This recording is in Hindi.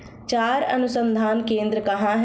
चारा अनुसंधान केंद्र कहाँ है?